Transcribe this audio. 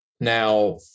now